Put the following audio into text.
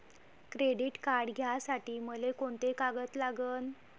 Credit card घ्यासाठी मले कोंते कागद लागन?